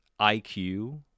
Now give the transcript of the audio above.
IQ